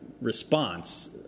response